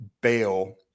bail